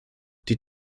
die